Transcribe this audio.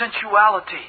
sensuality